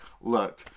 look